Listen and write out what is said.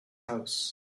house